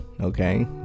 okay